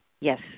Yes